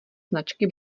značky